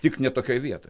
tik ne tokioj vietoj